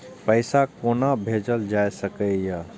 पैसा कोना भैजल जाय सके ये